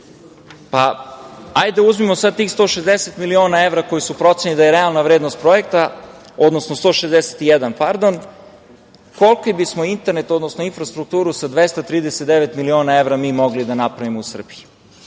evra. Uzmimo sad tih 160 miliona evra koje su procenjene da je realna vrednost projekta, odnosno 161, pardon, koliki bismo internet, odnosno infrastrukturu sa 239 miliona evra mi mogli da napravimo u Srbiji.